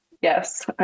yes